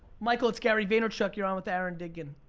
michael, it's gary vaynerchuk, you're on with aaron diggin,